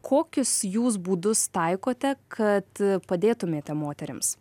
kokius jūs būdus taikote kad padėtumėte moterims